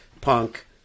punk